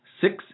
six